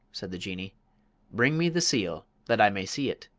said the jinnee bring me the seal that i may see it.